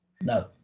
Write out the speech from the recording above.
No